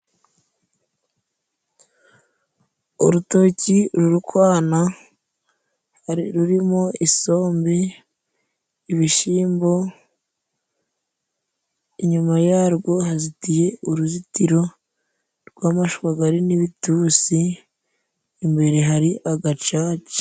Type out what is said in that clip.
Urutoki ruri kwana, rurimo isombe, ibishyimbo, inyuma yarwo hazitiye uruzitiro rw'amashwagari , n'ibitusi imbere hari agacaca.